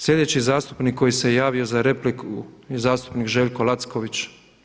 Sljedeći zastupnik koji se javio za repliku je zastupnik Željko Lacković.